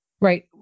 right